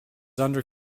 under